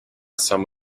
some